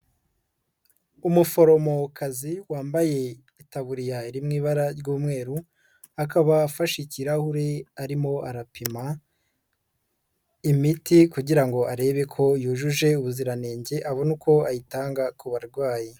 Umuforomo kazi wambaye itaburiya iri mu ibara ry'umweru, akaba afashe ikirahuri arimo arapima imiti kugira ngo arebe ko yujuje ubuziranenge, abone uko ayitanga ku barwayi.